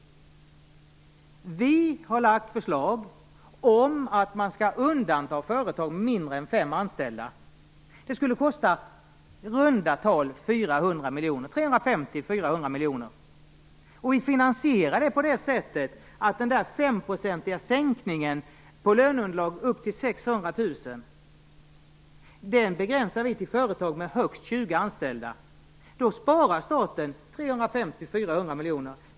Vi har lagt fram förslag om att man skall undanta företag med mindre än fem anställda. Det skulle kosta 350-400 miljoner. Vi finansierar det genom att begränsa den 5-procentiga sänkningen på löneunderlag upp till 600 000 till företag med högst 20 anställda. Då sparar staten 350-400 miljoner.